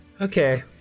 Okay